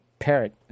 parrot